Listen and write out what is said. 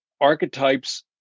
archetypes